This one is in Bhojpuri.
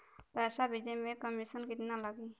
पैसा भेजे में कमिशन केतना लागि?